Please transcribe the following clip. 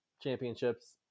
championships